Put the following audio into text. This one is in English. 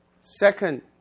Second